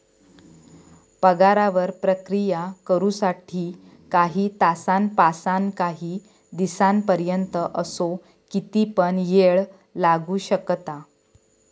पगारावर प्रक्रिया करु साठी काही तासांपासानकाही दिसांपर्यंत असो किती पण येळ लागू शकता